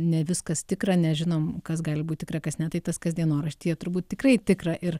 ne viskas tikra nežinom kas gali būt tikra kas ne tai tas kas dienoraštyje turbūt tikrai tikra ir